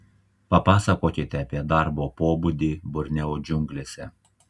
papasakokite apie darbo pobūdį borneo džiunglėse